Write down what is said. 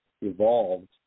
evolved